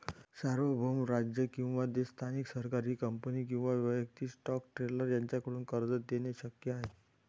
सार्वभौम राज्य किंवा देश स्थानिक सरकारी कंपनी किंवा वैयक्तिक स्टॉक ट्रेडर यांच्याकडून कर्ज देणे शक्य आहे